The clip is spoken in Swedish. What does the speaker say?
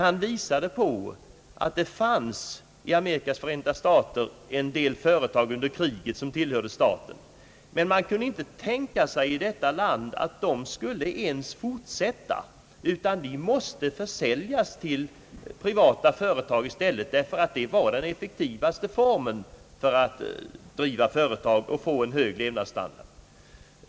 Han visade där att det i Amerikas förenta stater under kriget fanns en del företag som tillhörde staten. Man kunde emellertid i det landet inte tänka sig att de skulle ens fortsätta, utan de måste försäljas till privata företag. Detta var den mest effektiva formen för att driva företag och få en hög levnadsstandard.